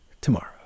tomorrow